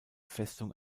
festung